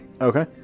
Okay